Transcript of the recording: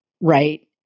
right